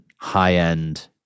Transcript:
high-end